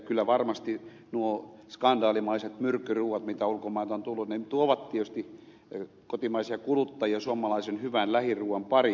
kyllä varmasti nuo skandaalimaiset myrkkyruuat mitä ulkomailta on tullut tuovat tietysti kotimaisia kuluttajia suomalaisen hyvän lähiruuan pariin